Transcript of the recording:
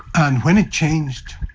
and when it changed,